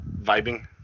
vibing